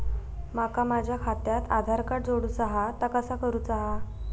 माका माझा खात्याक आधार कार्ड जोडूचा हा ता कसा करुचा हा?